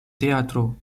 teatro